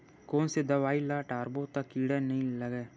कोन से दवाई ल डारबो त कीड़ा नहीं लगय?